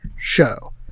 show